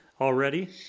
already